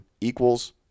equals